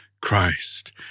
Christ